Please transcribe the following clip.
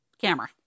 camera